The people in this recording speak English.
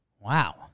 Wow